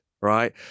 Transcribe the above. right